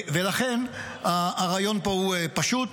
לכן הרעיון פה הוא פשוט,